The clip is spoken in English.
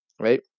Right